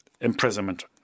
imprisonment